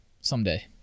someday